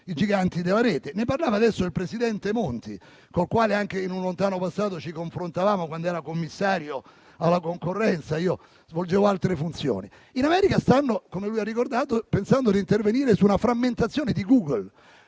ai giganti della Rete, di cui parlava adesso il presidente Monti, col quale anche in un lontano passato ci confrontavamo quando era Commissario alla concorrenza e io svolgevo altre funzioni. Come il senatore ha ricordato, in America stanno pensando di intervenire su una frammentazione di Google,